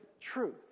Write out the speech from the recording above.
truth